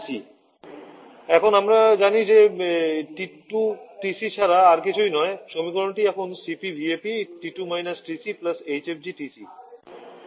TC এবং আমরা জানি যে টি 2 টিসি ছাড়া আর কিছুই নয় সমীকরণটি এখন Cp vap T2 - TC hfg